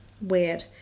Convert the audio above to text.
Weird